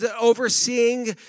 overseeing